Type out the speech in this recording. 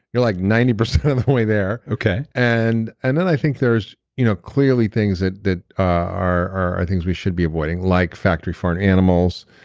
you're like ninety percent of the way there okay and and then i think there's you know clearly things that that are are things we should be avoiding, like factory farmed animals,